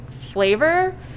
flavor